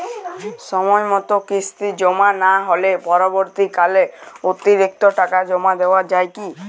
সময় মতো কিস্তি জমা না হলে পরবর্তীকালে অতিরিক্ত টাকা জমা দেওয়া য়ায় কি?